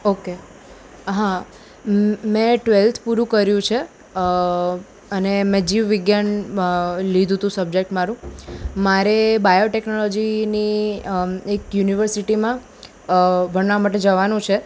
okay હા મેં twelfth પૂરું કર્યું છે અને મેં જીવવિજ્ઞાન લીધું હતું સબ્જેક્ટ મારું મારે બાયો ટેક્નોલોજીની એક યુનિવર્સિટીમાં ભણવા માટે જવાનું છે